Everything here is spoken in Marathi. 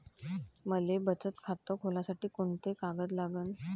मले बचत खातं खोलासाठी कोंते कागद लागन?